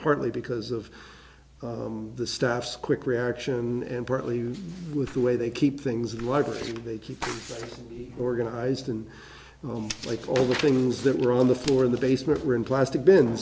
partly because of the staff's quick reaction and partly with the way they keep things like they keep organized and like all the things that were on the floor in the basement or in plastic b